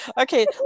Okay